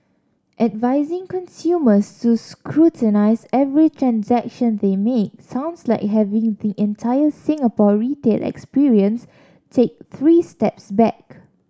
advising consumers to scrutinise every transaction they make sounds like having the entire Singapore retail experience take three steps back